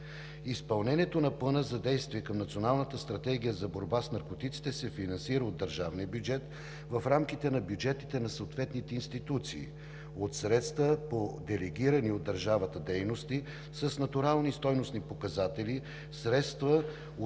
Изпълнението на Плана за действие към Националната стратегия за борба с наркотиците се финансира от държавния бюджет в рамките на бюджетите на съответните институции от средства по делегирани от държавата дейности, с натурални стойностни показатели, средства,